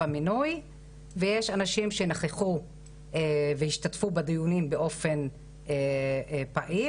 המינוי ויש אנשים שנכחו והשתתפו בדיונים באופן פעיל